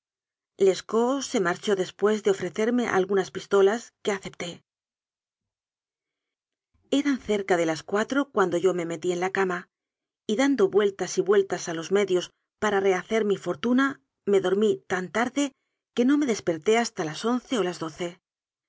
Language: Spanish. les caut se marchó después de ofrecerme algunas pis tolas que acepté eran cerca de las cuatro cuando yo me metí en la cama y dando vueltas y vueltas a los medios para rehacer mi fortuna me dormí tan tarde que no me desperté hasta las once o las doce